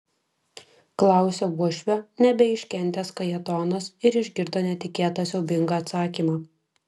klausia uošvio nebeiškentęs kajetonas ir išgirdo netikėtą siaubingą atsakymą